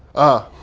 ah,